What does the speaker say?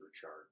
chart